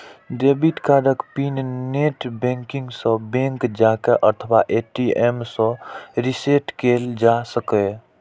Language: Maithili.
डेबिट कार्डक पिन नेट बैंकिंग सं, बैंंक जाके अथवा ए.टी.एम सं रीसेट कैल जा सकैए